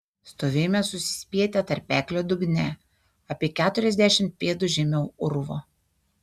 stovėjome susispietę tarpeklio dugne apie keturiasdešimt pėdų žemiau urvo